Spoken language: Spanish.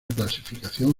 clasificación